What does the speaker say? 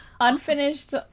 Unfinished